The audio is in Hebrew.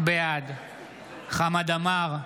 בעד חמד עמאר,